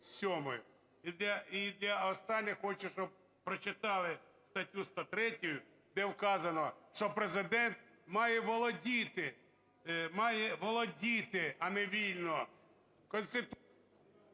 І останнє хочу, щоб прочитали статтю 103, де вказано, що Президент має володіти, має володіти,